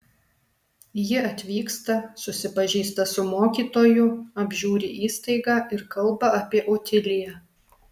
ji atvyksta susipažįsta su mokytoju apžiūri įstaigą ir kalba apie otiliją